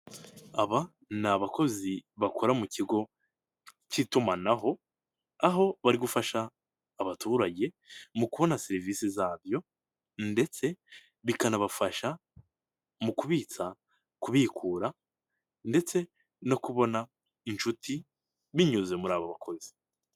Aba ni abakozi bakora mu kigo cy'itumanaho aho bari gufasha abaturage mu kubona serivisi zabyo ndetse bikanabafasha mu kubitsa kubikura ndetse no kubona inshuti binyuze muri abo bakozi.